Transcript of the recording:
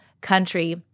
country